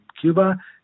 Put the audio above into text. Cuba